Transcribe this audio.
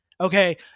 Okay